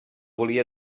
volia